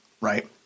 right